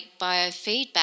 biofeedback